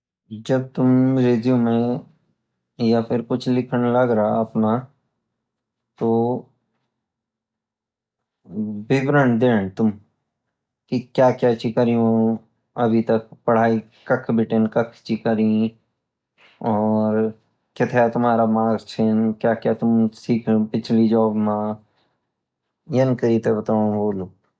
जब तुम रिज्यूमे या फिर कुछ लिखना लगला तो विवरण देन तुम की क्या क्या ची क्रियू अभी तक पढ़ाई कख बीतीं कख चिकरि और कथ्य तुम्हारा मार्क्स ची और क्या क्या सिकी पिछली जॉब मा यन करिते बतौनु होलु